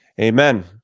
Amen